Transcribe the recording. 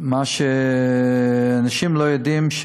מה שאנשים לא יודעים,